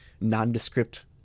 nondescript